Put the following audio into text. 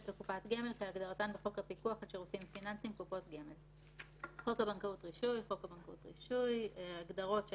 גופים, בתחום הזה כרגע אין הרבה פעילים בשוק.